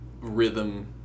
Rhythm